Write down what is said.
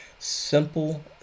simple